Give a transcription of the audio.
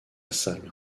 salle